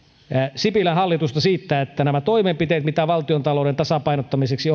sipilän hallitusta siitä että nämä toimenpiteet joita valtiontalouden tasapainottamiseksi